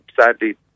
sadly